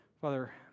Father